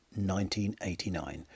1989